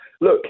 look